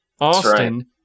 Austin